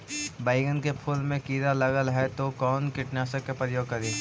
बैगन के फुल मे कीड़ा लगल है तो कौन कीटनाशक के प्रयोग करि?